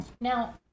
Now